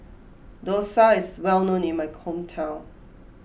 Dosa is well known in my hometown